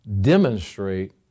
demonstrate